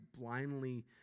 blindly